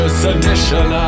sedition